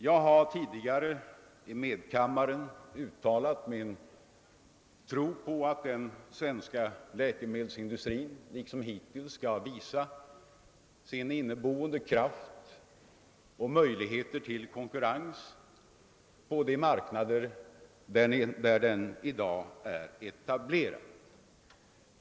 Jag har tidigare i medkammaren uttalat min tro på att den svenska läkemedelsindustrin liksom hittills skall visa sin inneboende kraft och sina möjligheter till konkurrens på de marknader där den i dag är etablerad.